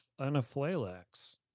anaphylaxis